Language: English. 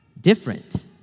different